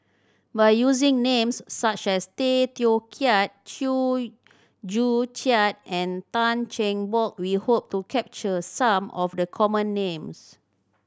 by using names such as Tay Teow Kiat Chew Joo Chiat and Tan Cheng Bock we hope to capture some of the common names